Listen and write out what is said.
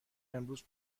امروز